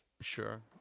Sure